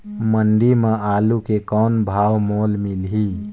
मंडी म आलू के कौन भाव मोल मिलही?